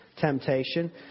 temptation